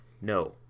No